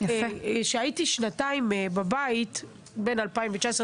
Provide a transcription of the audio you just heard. כשהייתי שנתיים בבית בין 2019,